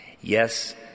Yes